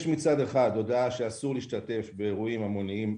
יש מצד אחד הודעה שאסור להשתתף באירועים המוניים,